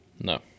No